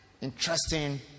interesting